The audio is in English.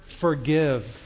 forgive